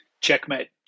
Checkmate